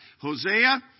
Hosea